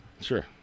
Sure